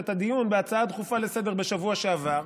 את הדיון בהצעה דחופה לסדר-היום בשבוע שעבר.